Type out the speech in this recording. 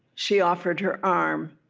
she offered her arm.